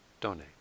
donate